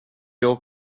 your